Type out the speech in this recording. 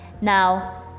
Now